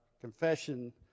confession